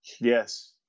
Yes